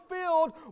filled